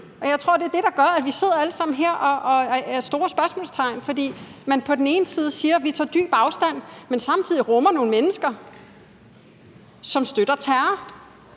Og jeg tror, at det er det, der gør, at vi alle sammen sidder her og er store spørgsmålstegn. For på den ene side siger man, at man tager dyb afstand, men på den anden side rummer man nogle mennesker, som støtter terror.